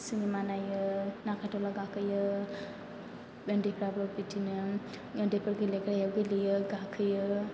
cinema नायो नागारट'ला गाखोयो उन्दैफ्राबो बिदिनो उन्दैफोर गेलेग्रायाव गेलेयो गाखोयो